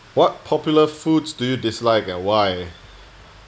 what popular foods do you dislike and why